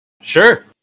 Sure